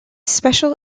special